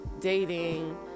dating